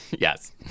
Yes